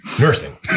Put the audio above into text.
nursing